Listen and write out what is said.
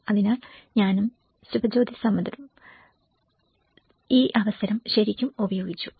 അതിനാൽ ഞാനും സുഭജ്യോതി സമദ്ദറും ഈ അവസരം ശരിക്കും ഉപയോഗിച്ചു